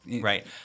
Right